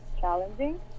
challenging